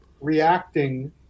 reacting